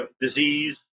disease